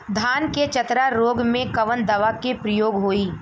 धान के चतरा रोग में कवन दवा के प्रयोग होई?